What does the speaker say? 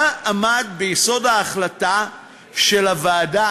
מה עמד ביסוד ההחלטה של הוועדה?